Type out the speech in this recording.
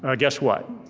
ah guess what?